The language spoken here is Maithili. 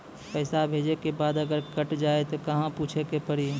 पैसा भेजै के बाद अगर अटक जाए ता कहां पूछे के पड़ी?